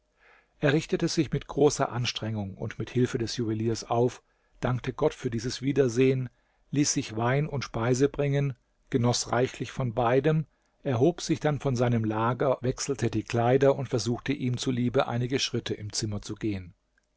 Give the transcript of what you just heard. er richtete sich mit großer anstrengung und hilfe des juweliers auf dankte gott für dieses wiedersehen ließ sich wein und speise bringen genoß reichlich von beidem erhob sich dann von seinem lager wechselte die kleider und versuchte ihm zuliebe einige schritte im zimmer zu gehen